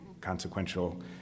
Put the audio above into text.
consequential